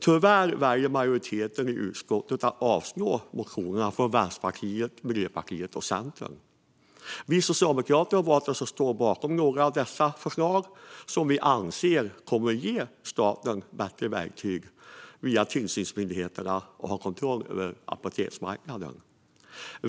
Tyvärr väljer majoriteten i utskottet att avstyrka motionerna från Vänsterpartiet, Miljöpartiet och Centern. Vi socialdemokrater har valt att ställa oss bakom några av dessa förslag, som vi anser kommer att ge staten bättre verktyg att via tillsynsmyndigheterna ha kontroll över apoteksmarknaden.